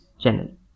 channel